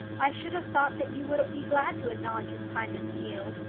i should have thought that you would be glad to acknowledge his kindness to you.